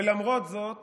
ולמרות זאת